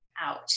out